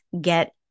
get